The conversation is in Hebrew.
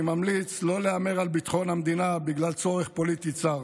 אני ממליץ לא להמר על ביטחון המדינה בגלל צורך פוליטי צר,